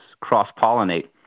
cross-pollinate